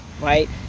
right